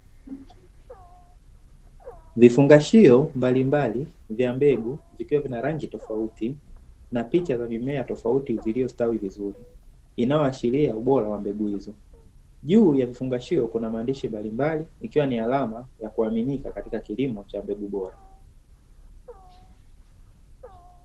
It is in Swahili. Vifungashio mbalimbali vya mbegu vikiwa vina rangi tofauti na picha za mimea tofauti zilizostawi vizuri, inayoaashiria ubora wa mbegu hzo. Juu ya vifungashio kuna maandishi mbalimbali ikiwa ni alama ya kuaminika katika kilimo cha mbegu bora.